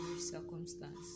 circumstance